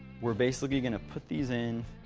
we're basically going to put these in